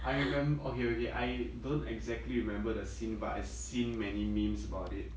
I remem~ okay okay I don't exactly remember the scene but I've seen many memes about it